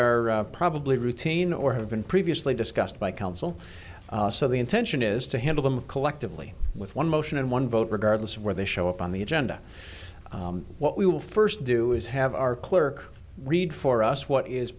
are probably routine or have been previously discussed by council so the intention is to handle them collectively with one motion and one vote regardless of where they show up on the agenda what we will first do is have our clerk read for us what is